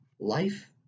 life